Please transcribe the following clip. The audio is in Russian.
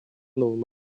новом